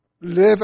live